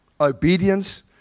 Obedience